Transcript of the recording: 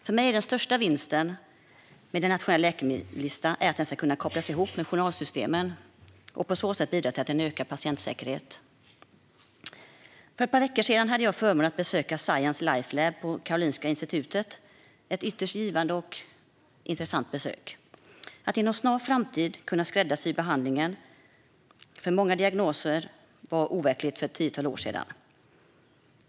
För mig är den största vinsten med en nationell läkemedelslista att den ska kunna kopplas ihop med journalsystemen och på så sätt bidra till en ökad patientsäkerhet. För ett par veckor sedan hade jag förmånen att besöka Sci Life Lab på Karolinska institutet. Det var ett ytterst givande och intressant besök. Att inom en snar framtid kunna skräddarsy behandlingen för många diagnoser var overkligt för ett tiotal år sedan.